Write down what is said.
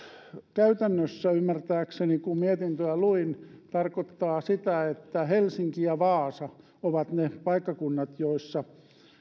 käytännössä ymmärtääkseni kun mietintöä luin tarkoittaa sitä että helsinki ja vaasa ovat ne paikkakunnat joissa